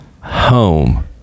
home